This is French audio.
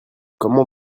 comment